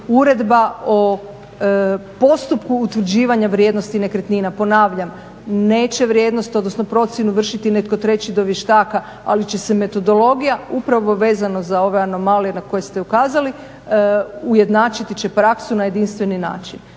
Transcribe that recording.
uredba o postupku utvrđivanja vrijednosti nekretnina. Ponavljam, neće vrijednost odnosno procjenu vršiti netko treći do vještaka ali će se metodologija upravo vezano za ove anomalije koje ste ukazali ujednačiti će praksu na jedinstveni način,